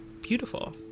beautiful